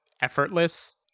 effortless